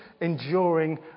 enduring